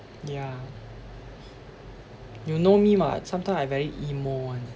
yeah you know me mah sometime I very emo [one]